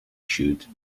shoot